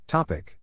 Topic